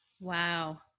Wow